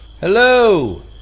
Hello